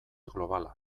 globala